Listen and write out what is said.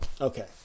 Okay